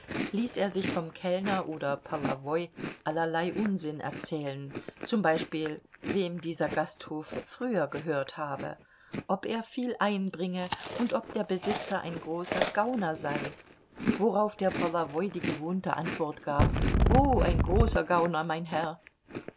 ließ er sich vom kellner oder polowoi allerlei unsinn erzählen z b wem dieser gasthof früher gehört habe ob er viel einbringe und ob der besitzer ein großer gauner sei worauf der polowoi die gewohnte antwort gab oh ein großer gauner mein herr